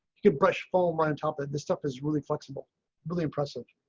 you brush foam on and top of this stuff is really flexible really impressive.